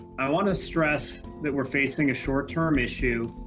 i want to stress that we're facing a short-term issue.